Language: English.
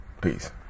Peace